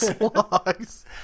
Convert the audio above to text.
logs